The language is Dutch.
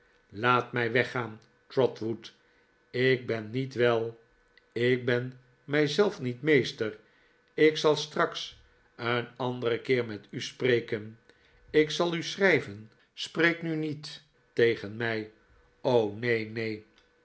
laat mij weggaan trotwood ik ben niet wel ik ben mij zelf niet meester ik zal straks een anderen keer met u spreken ik zal u schrijven spreek nu niet tegen mij o neen neen